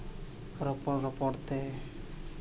ᱧᱟᱯᱟᱢ ᱨᱚᱯᱚᱲ ᱛᱮ